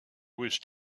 was